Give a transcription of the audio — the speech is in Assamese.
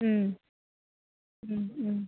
ও ও ও